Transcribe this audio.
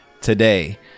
today